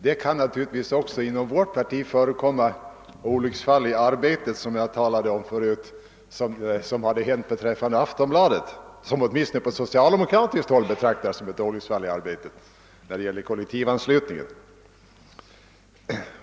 Det kan naturligtvis också inom vårt parti inträffa olycksfall i arbetet på samma sätt som man på socialdemokratiskt håll tydligen ansåg ha skett i Aftonbladet beträffande kollektivanslutningen.